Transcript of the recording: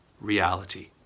reality